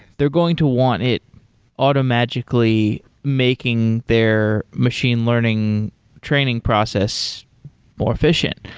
they're going to want it automatically making their machine learning training process more efficient.